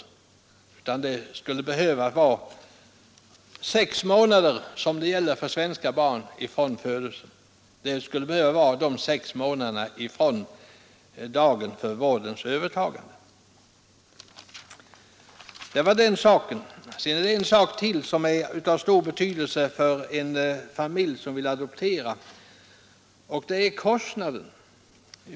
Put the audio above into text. Föräldrapenning skulle behöva utgå under sex månader räknat från dagen för övertagandet av vården. Det var den saken. Sedan är det en sak till som är av stor betydelse för en familj som vill adoptera, och det är kostnaden.